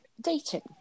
dating